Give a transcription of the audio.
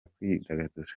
kwidagadura